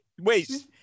Wait